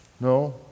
No